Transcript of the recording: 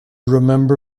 remember